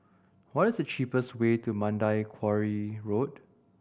what is the cheapest way to Mandai Quarry Road